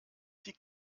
die